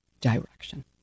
direction